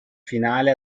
finale